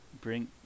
Bring